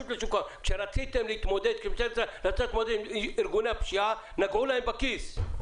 כשרציתם להתמודד עם ארגוני הפשיעה, נגעו להם בכיס.